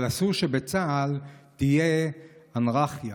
אבל אסור שבצה"ל תהיה אנרכיה.